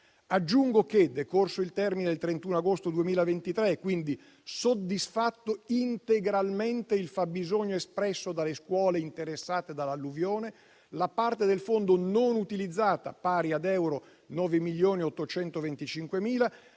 Aggiungo che, decorso il termine del 31 agosto 2023, quindi soddisfatto integralmente il fabbisogno espresso dalle scuole interessate dall'alluvione, la parte del fondo non utilizzata, pari ad euro 9,825